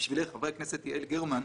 הכנסת גרמן,